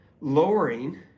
lowering